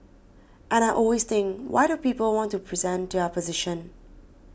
and I always think why do people want to present their position